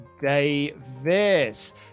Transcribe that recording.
Davis